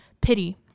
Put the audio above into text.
pity